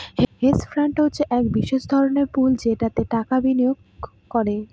hedge fund হচ্ছে এক বিশেষ ধরনের পুল যেটাতে টাকা বিনিয়োগ করে